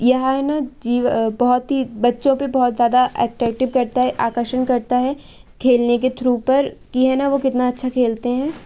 यहा है न जीव बहुत ही बच्चो पर बहुत ज़्यादा अटैक्टिव करता है आकर्षण करता है खेलने के थ्रू पर कि है न वह कितना अच्छा खेलते हैं